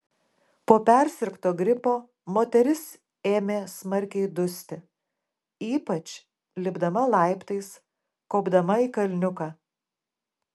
po persirgto gripo moteris ėmė smarkiai dusti ypač lipdama laiptais kopdama į kalniuką